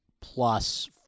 plus